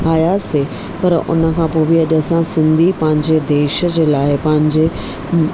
आयासीं पर उन खां पोइ बि अॼु असां सिंधी पंहिंजे देश जे लाइ पंहिंजे